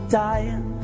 dying